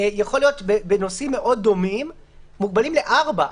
יכול להיות בנושאים מאוד דומים, מוגבלים לארבעה.